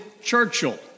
Churchill